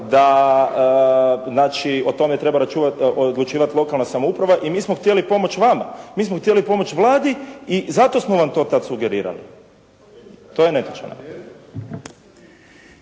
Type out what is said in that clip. da znači o tome treba odlučivati lokalna samouprava i mi smo htjeli pomoći vama. Mi smo htjeli pomoći Vladi i zato smo vam to tako sugerirali. To je netočno.